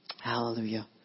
hallelujah